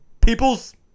Peoples